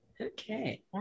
Okay